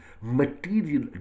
material